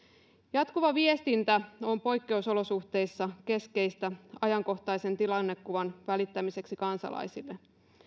jatkuva viestintä on poikkeusolosuhteissa keskeistä ajankohtaisen tilannekuvan välittämiseksi kansalaisille